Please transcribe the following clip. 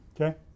Okay